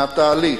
מהתהליך.